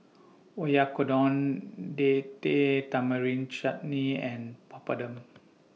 Oyakodon Date Tamarind Chutney and Papadum